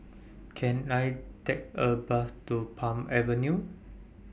Can I Take A Bus to Palm Avenue